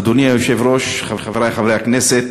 אדוני היושב-ראש, חברי חברי הכנסת,